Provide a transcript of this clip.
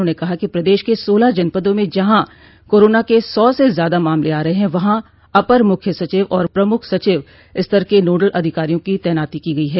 उन्होंने कहा कि प्रदेश के सोलह जनपदों में जहाँ कोरोना के सौ से ज्यादा मामले आ रहे हैं वहाँ अपर मुख्य सचिव और प्रमुख सचिव स्तर के नोडल अधिकारियों की तैनाती की गयी है